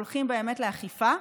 הולכים באמת לאכיפה.